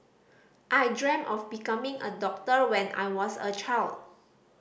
I dream of becoming a doctor when I was a child